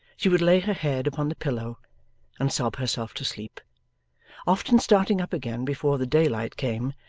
she would lay her head upon the pillow and sob herself to sleep often starting up again, before the day-light came,